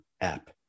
app